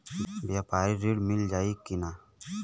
व्यापारी ऋण मिल जाई कि ना?